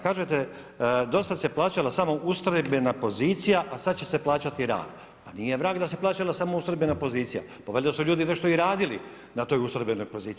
Kažete: „Do sada se plaćalo samo ustrojbena pozicija, a sada će se plaćati rad.“ Pa nije vrag da se plaćala samo ustrojbena pozicija, pa valjda su ljudi nešto i radili na toj ustrojbenoj poziciji?